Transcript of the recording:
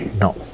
no